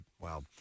Wow